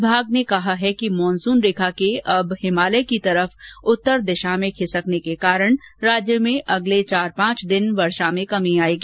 विभाग ने कहा है कि मानूसन रेखा के अब हिमालय की तरफ उत्तर दिशा में खिसकने के कारण राज्य में अगले चार पांच दिन में वर्षा में कमी आएगी